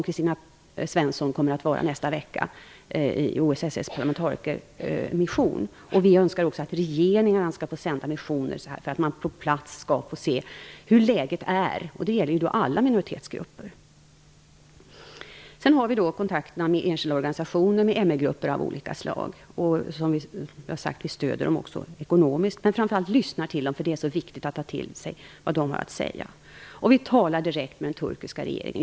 Kristina Svensson kommer nästa vecka att vara med i OSSE:s parlamentarikermission. Vi önskar att också regeringarna får sända missioner för att man på plats skall få se hur läget är. Det gäller då alla minoritetsgrupper. Sedan har vi kontakterna med enskilda organisationer och MR-grupper av olika slag. Vi stödjer dem, som sagt, också ekonomiskt. Men framför allt lyssnar vi till dem, för det är mycket viktigt att ta till sig vad de har att säga. Vi talar också direkt med den turkiska regeringen.